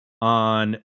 on